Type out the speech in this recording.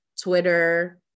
Twitter